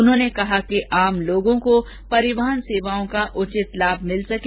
उन्होंने कहा कि आम लोगों को परिवहन सेवाओं का उचित लाभ मिल सके